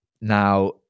Now